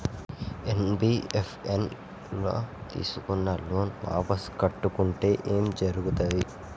NBFS ల తీస్కున్న loan వాపస్ కట్టకుంటే ఏం జర్గుతది?